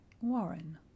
Warren